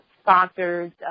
sponsors